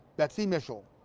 that's the initial.